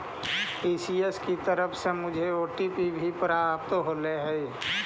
ECS की तरफ से मुझे ओ.टी.पी भी प्राप्त होलई हे